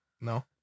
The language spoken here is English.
No